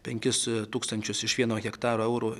penkis tūkstančius iš vieno hektaro eurų